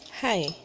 Hi